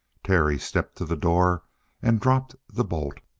terry stepped to the door and dropped the bolt.